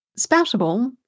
Spoutable